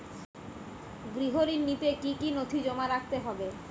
গৃহ ঋণ নিতে কি কি নথি জমা রাখতে হবে?